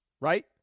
right